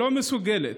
שלא מסוגלת,